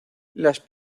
las